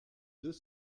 deux